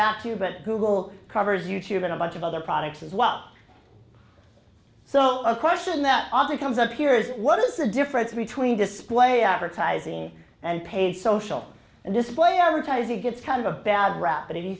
back to you but google covers you tube and a bunch of other products as well so a question that often comes up here is what is the difference between display advertising and paid social and display advertising gets kind of a bad rap but if you